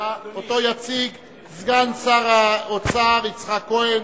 שיציג סגן שר האוצר יצחק כהן.